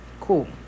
Cool